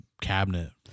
cabinet